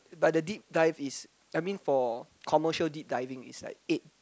but the deep dive is I mean for commercial deep diving is like eight